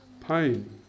pain